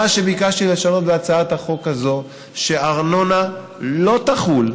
מה שביקשתי לשנות בהצעת החוק הזאת זה שארנונה לא תחול,